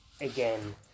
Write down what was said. again